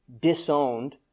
disowned